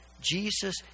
Jesus